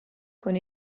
con